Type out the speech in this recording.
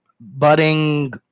budding